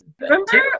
Remember